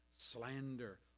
Slander